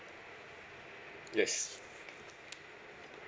yes